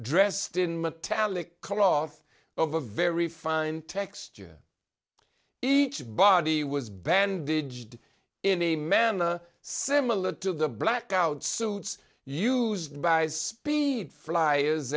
dressed in metallic koloff of a very fine texture each body was bandaged in a manner similar to the blackout suits used by speed flyers